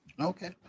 Okay